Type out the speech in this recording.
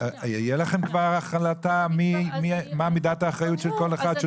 תהיה לכם החלטה מהי מידת האחריות של כל אחד?